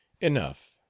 Enough